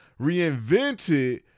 reinvented